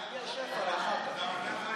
אוריאל בוסו,